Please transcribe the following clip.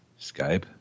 Skype